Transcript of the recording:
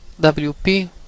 WP